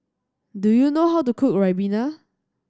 do you know how to cook Ribena